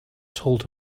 told